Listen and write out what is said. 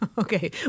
Okay